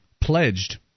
pledged